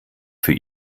für